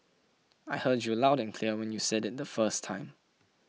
I heard you loud and clear when you said it the first time